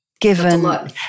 given